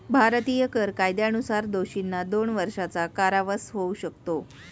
भारतीय कर कायद्यानुसार दोषींना दोन वर्षांचा कारावास होऊ शकतो